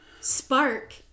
spark